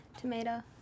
Tomato